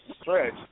stretch